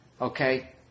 Okay